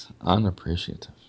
Unappreciative